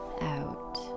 out